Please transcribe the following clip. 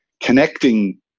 connecting